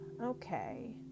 Okay